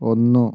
ഒന്നു